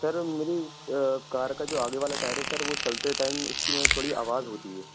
سر میری کار کا جو آگے والا ٹائر ہے سر وہ چلتے ٹائم اس کی میں تھوڑی آواز ہوتی ہے